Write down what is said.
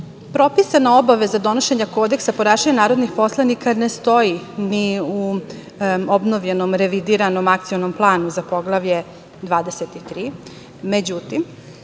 propisana obaveza donošenja Kodeksa ponašanja narodnih poslanika ne stoji ni u obnovljenom, revidiranom Akcionom planu za Poglavlje 23. Međutim,